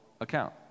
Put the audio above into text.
account